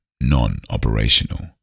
non-operational